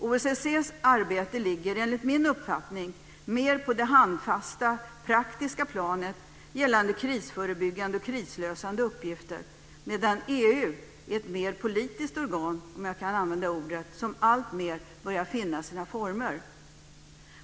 OSSE:s arbete ligger enligt min uppfattning mer på det handfasta, praktiska planet med krisförebyggande och krislösande uppgifter, medan EU är ett mer politiskt organ som alltmer börjar finna sina former.